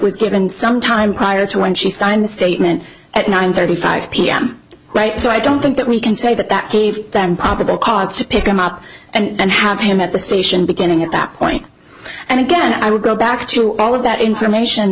was given some time prior to when she signed the statement at nine thirty five pm right so i don't think that we can say that that gave them probable cause to pick him up and have him at the station beginning at that point and again i would go back to all of that information